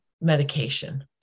medication